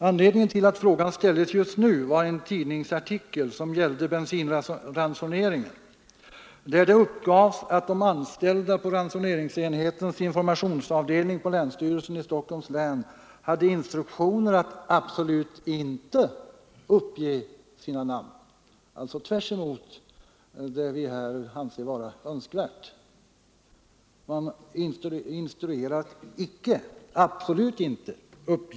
Anledningen till att frågan ställdes just nu var en tidningsartikel, som gällde bensinransoneringen, där det uppgavs att de anställda på ransoneringsenhetens informationsavdelning på länsstyrelsen i Stockholms län hade instruktioner att absolut inte uppge sina namn — alltså tvärtemot det vi här anser vara önskvärt.